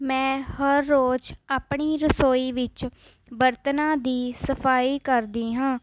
ਮੈਂ ਹਰ ਰੋਜ਼ ਆਪਣੀ ਰਸੋਈ ਵਿੱਚ ਬਰਤਨਾਂ ਦੀ ਸਫਾਈ ਕਰਦੀ ਹਾਂ